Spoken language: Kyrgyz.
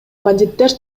бандиттер